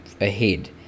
ahead